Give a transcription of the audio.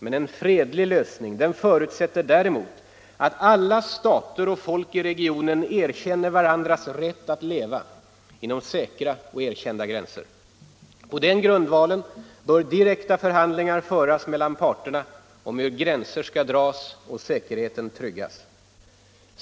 En fredlig lösning förutsätter däremot att alla stater och folk i regionen erkänner varandras rätt att leva inom säkra och erkända gränser. På den grundvalen bör direkta förhandlingar föras mellan parterna om hur gränser skall dras och säkerheten tryggas.